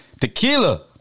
tequila